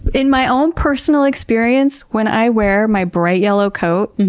in my own personal experience when i wear my bright yellow coat,